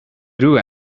grew